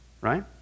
Right